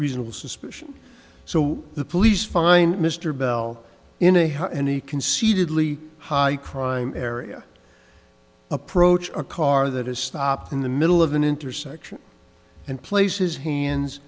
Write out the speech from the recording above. reasonable suspicion so the police find mr bell in a high any concededly high crime area approach a car that is stopped in the middle of an intersection and place his hands